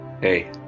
Hey